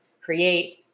create